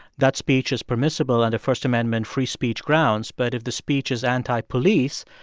that speech is permissible under first amendment free speech grounds. but if the speech is anti-police,